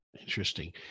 Interesting